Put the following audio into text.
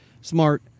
smart